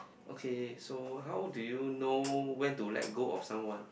okay so how do you know when to let go of someone